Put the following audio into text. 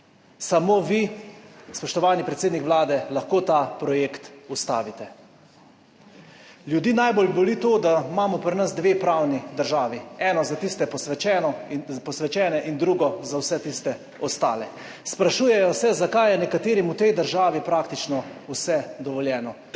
Samo vi, spoštovani predsednik Vlade, lahko ta projekt ustavite. Ljudi najbolj boli to, da imamo pri nas dve pravni državi, eno za tiste posvečene in drugo za vse tiste ostale. Sprašujejo se, zakaj je nekaterim v tej državi praktično vse dovoljeno.